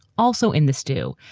also in the stew,